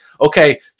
okay